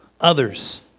others